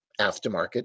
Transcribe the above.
aftermarket